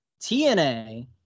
TNA